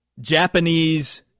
Japanese